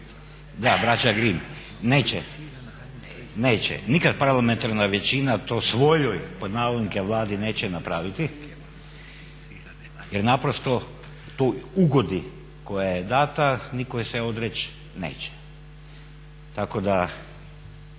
da braća Grimm, neće, neće nikad parlamentarna većina to svojoj pod navodnike Vladi neće napraviti jer naprosto toj ugodi koja je dana nitko je se odreći neće. Tako da